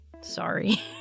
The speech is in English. sorry